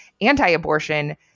anti-abortion